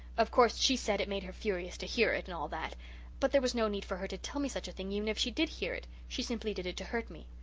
of course, she said it made her furious to hear it and all that but there was no need for her to tell me such a thing even if she did hear it. she simply did it to hurt me.